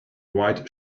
white